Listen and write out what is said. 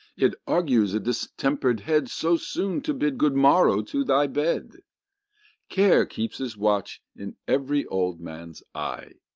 it argues a distemper'd head so soon to bid good morrow to thy bed care keeps his watch in every old man's eye,